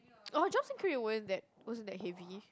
oh jobs and career wasn't that wasn't that heavy